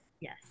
Yes